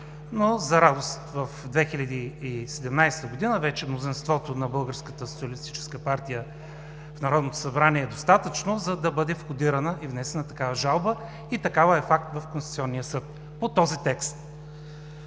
но за радост в 2017 г. вече мнозинството на Българската социалистическа партия в Народното събрание е достатъчно, за да бъде входирана и внесена такава жалба, и такава е факт в Конституционния съд по този текст.